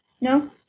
No